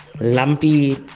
lumpy